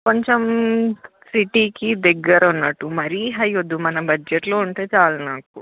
కొంచం సిటీకి దగ్గర ఉన్నట్టు మరి హై వద్దు మన బడ్జెట్లో ఉంటే చాలు నాకు